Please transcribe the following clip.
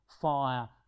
fire